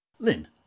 Lynn